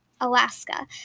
Alaska